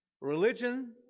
religion